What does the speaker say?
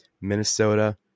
Minnesota